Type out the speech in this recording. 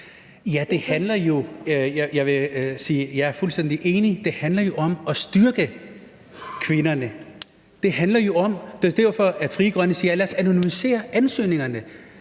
Jeg er fuldstændig enig. Det handler jo om at styrke kvinderne. Det er derfor, Frie Grønne siger: Lad os anonymisere ansøgningerne,